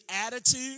attitude